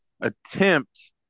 attempt